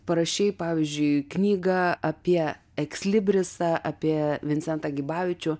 parašei pavyzdžiui knygą apie ekslibrisą apie vincentą gibavičių